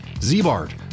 Z-Bart